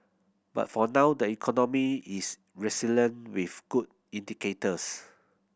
but for now the economy is resilient with good indicators